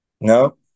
No